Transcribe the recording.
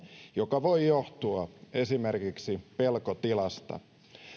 joka voi johtua esimerkiksi pelkotilasta